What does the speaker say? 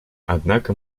однако